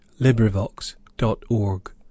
LibriVox.org